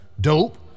Dope